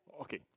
Okay